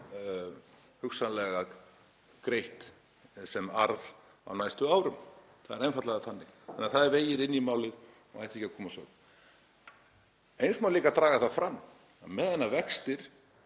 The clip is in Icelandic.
hugsanlega greitt í arð á næstu árum. Það er einfaldlega þannig að það er vegið inn í málið og ætti ekki að koma að sök. Eins má líka draga það fram að meðan vextir